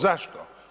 Zašto?